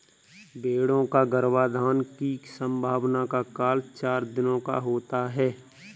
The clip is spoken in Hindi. भेंड़ों का गर्भाधान की संभावना का काल चार दिनों का होता है